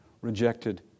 rejected